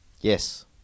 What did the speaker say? Yes